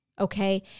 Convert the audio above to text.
Okay